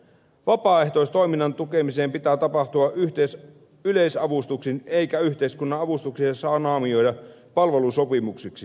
vapaaehtoistoiminnan tukemisen pitäisi tapahtua yleisavustuksin eikä yhteiskunnan avustuksia saa naamioida palvelusopimuksiksi